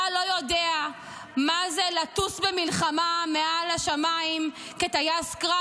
אתה לא יודע מה זה לטוס במלחמה מעל השמיים כטייס קרב,